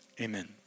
Amen